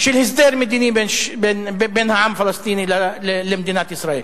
של הסדר מדיני בין העם הפלסטיני למדינת ישראל.